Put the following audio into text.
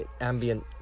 ambient